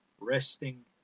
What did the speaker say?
resting